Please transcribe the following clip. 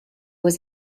was